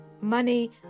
money